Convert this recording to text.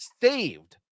saved